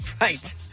Right